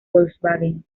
volkswagen